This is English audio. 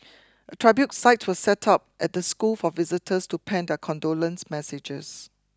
a tribute site was set up at the school for visitors to pen their condolence messages